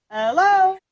hello